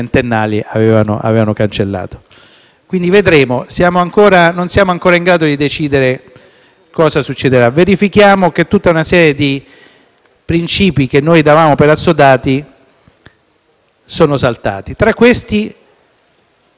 Quindi vedremo. Non siamo ancora in grado di decidere cosa succederà; verifichiamo che tutta una serie di principi che noi davamo per assodati sono saltati. Tra questi c'è, ahimé,